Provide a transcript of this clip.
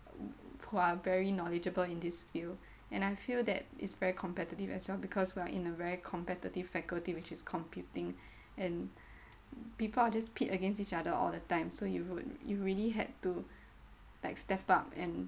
who are very knowledgeable in this field and I feel that its very competitive as well because we are in a very competitive faculty which is computing and people are just pit against each other all the time so you would you really had to like step up and